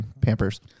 Pampers